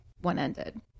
one-ended